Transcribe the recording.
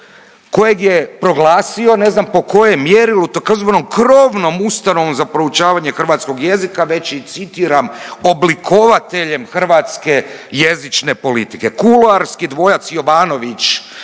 kojeg je proglasio, ne znam po kojem mjerilu … krovnom ustanovom za proučavanje hrvatskog jezika, već i citiram „oblikovateljem hrvatske jezične politike“. Kuloarski dvojac Jovanovi-Jozić